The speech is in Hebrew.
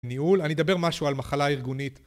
ניהול? אני אדבר משהו על מחלה ארגונית.